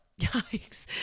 Yikes